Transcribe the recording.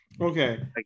Okay